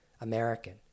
American